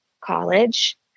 college